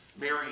Mary